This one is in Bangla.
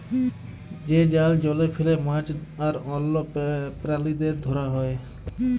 যে জাল জলে ফেলে মাছ আর অল্য প্রালিদের ধরা হ্যয়